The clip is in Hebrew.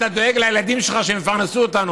אתה דואג לילדים שלך שהם יפרנסו אותנו.